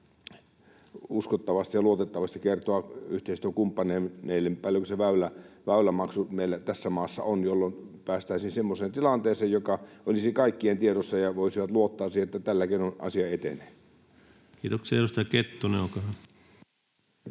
uskottavasti ja luotettavasti kertoa yhteistyökumppaneille, paljonko se väylämaksu meillä tässä maassa on, jolloin päästäisiin semmoiseen tilanteeseen, joka olisi kaikkien tiedossa, ja kaikki voisivat luottaa siihen, että tällä keinoin asia etenee. [Speech 194] Speaker: